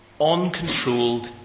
uncontrolled